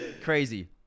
Crazy